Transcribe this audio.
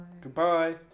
Goodbye